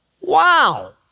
Wow